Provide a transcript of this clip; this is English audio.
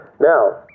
Now